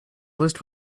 list